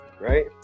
right